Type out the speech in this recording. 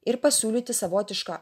ir pasiūlyti savotišką